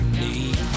need